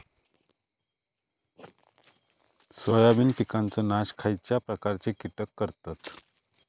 Soybean पिकांचो नाश खयच्या प्रकारचे कीटक करतत?